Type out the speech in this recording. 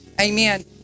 amen